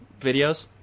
videos